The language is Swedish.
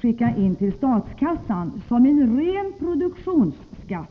skickas till statskassan som en ren produktionsskatt.